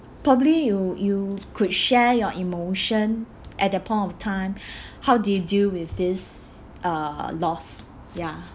probably you you could share your emotion at that point of time how do you deal with this uh loss ya